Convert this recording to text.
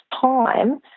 time